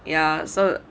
ya so like